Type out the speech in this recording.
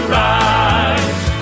rise